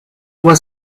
was